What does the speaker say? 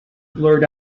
blurt